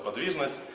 but realize